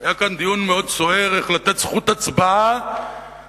היה כאן דיון מאוד סוער איך לתת זכות הצבעה לאנשים